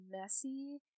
messy